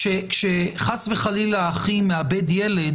כשחס וחלילה אחי מאבד ילד,